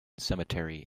cemetery